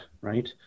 right